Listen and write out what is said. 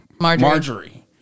Marjorie